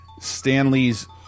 Stanley's